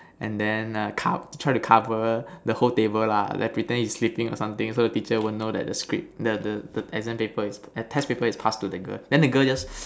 and then err cov~ try to cover the whole table lah like pretend he's sleeping or something so the teacher won't know that the script the the the exam paper is the test paper is past to the girl then the girl just